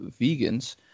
vegans